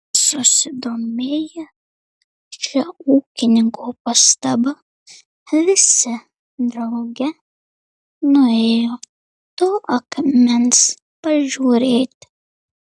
susidomėję šia ūkininko pastaba visi drauge nuėjo to akmens pažiūrėti